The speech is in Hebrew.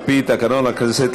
על פי תקנון הכנסת,